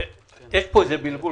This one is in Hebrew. יש פה בלבול.